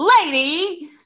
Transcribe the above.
lady